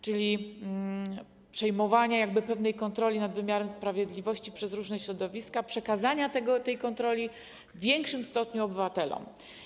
Chodzi o przejmowanie pewnej kontroli nad wymiarem sprawiedliwości przez różne środowiska, przekazanie tej kontroli w większym stopniu obywatelom.